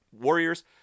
Warriors